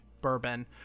bourbon